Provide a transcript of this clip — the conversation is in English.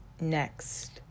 next